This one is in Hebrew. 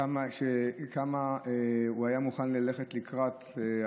כמה הוא היה מוכן ללכת לקראתם,